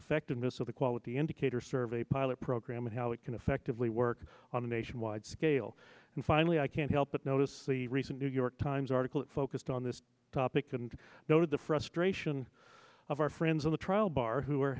effectiveness of the quality indicator survey pilot program and how it can effectively work on a nationwide scale and finally i can't help but notice the recent new york times article focused on this topic and noted the frustration of our friends in the trial bar who are